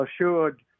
assured